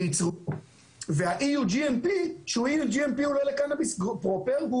וה-EU GMP שהוא לקנאביס פרופר,